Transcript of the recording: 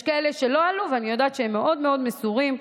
יש כאלה שלא עלו ואני יודעת שהם מאוד מאוד מסורים.